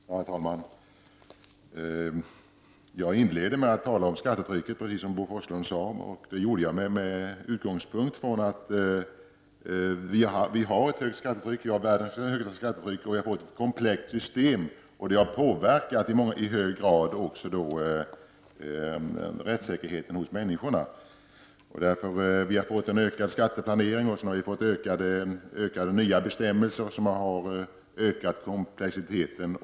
Herr talman! Jag inledde med att tala om skattetrycket, precis som Bo Forslund sade. Det gjorde jag med utgångspunkt från att vi har världens högsta skattetryck och ett komplext skattesystem. Det har i hög grad påverkat rättssäkerheten för människorna. Vi har fått en ökad skatteplanering, och nya bestämmelser som har ökat komplexiteten.